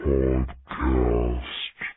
Podcast